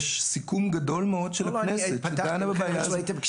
יש סיכום גדול מאוד של הכנסת --- פתחתי בזה את הדיון.